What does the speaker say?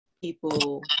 people